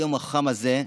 ביום החם הזה,